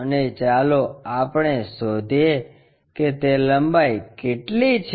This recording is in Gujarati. અને ચાલો આપણે શોધીએ કે તે લંબાઈ કેટલી છે